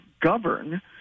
govern